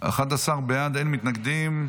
11 בעד, אין מתנגדים.